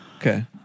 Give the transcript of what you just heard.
Okay